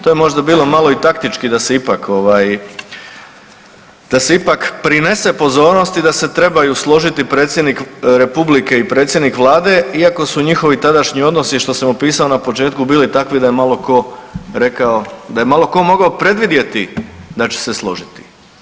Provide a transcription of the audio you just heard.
To je možda bilo malo i taktički da se ipak prinese pozornosti da se trebaju složiti predsjednik Republike i predsjednik Vlade iako su njihovi tadašnji odnosi što sam opisao na početku bili takvi da je malo ko rekao da je malo ko mogao predvidjeti da će se složiti.